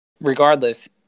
regardless